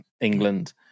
England